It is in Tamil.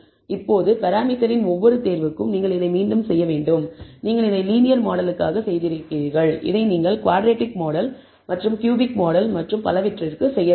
இப்போது பராமீட்டரின் ஒவ்வொரு தேர்வுக்கும் நீங்கள் இதை மீண்டும் செய்ய வேண்டும் நீங்கள் இதை லீனியர் மாடலுக்காக செய்திருக்கிறீர்கள் இதை நீங்கள் குவாட்ரடிக் மாடல் மற்றும் க்யூபிக் மாடல் மற்றும் பலவற்றிக்கு செய்ய வேண்டும்